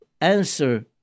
answer